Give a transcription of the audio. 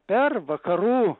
per vakarų